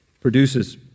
produces